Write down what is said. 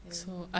then